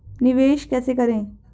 निवेश कैसे करें?